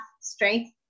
strength